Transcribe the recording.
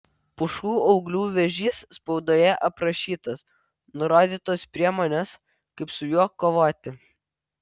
pušų ūglių vėžys spaudoje aprašytas nurodytos priemonės kaip su juo kovoti